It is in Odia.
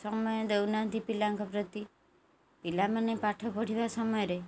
ସମୟ ଦେଉନାହାନ୍ତି ପିଲାଙ୍କ ପ୍ରତି ପିଲାମାନେ ପାଠ ପଢ଼ିବା ସମୟରେ